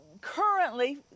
currently